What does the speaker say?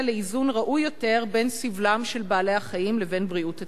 לאיזון ראוי יותר בין סבלם של בעלי-החיים לבין בריאות הציבור.